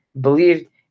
believed